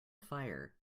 fire